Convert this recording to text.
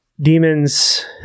demons